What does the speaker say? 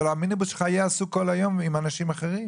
אבל המיניבוס שלך יהיה עסוק כל היום עם אנשים אחרים.